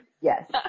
Yes